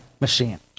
machine